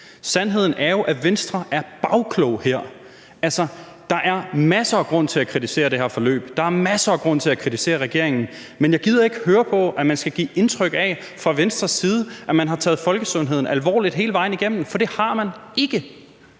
Sandheden er jo, at Venstre er bagkloge her. Altså, der er masser af grunde til at kritisere det her forløb, der er masser af grunde til at kritisere regeringen, men jeg gider ikke høre på, at man skal give indtryk af fra Venstres side, at man har taget folkesundheden alvorligt hele vejen igennem, for det har man ikke.